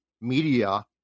media